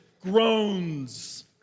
groans